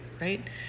right